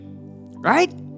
Right